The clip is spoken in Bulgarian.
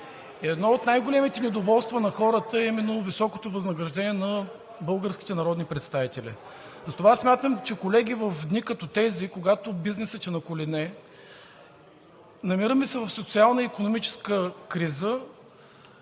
Едно от най-големите недоволства на хората е именно високото възнаграждение на българските народни представители. Затова смятам, колеги, че в дни като тези, когато бизнесът е на колене, намираме се в социална и икономическа криза,